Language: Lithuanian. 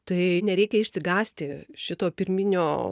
tai nereikia išsigąsti šito pirminio